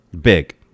big